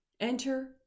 Enter